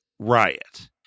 Riot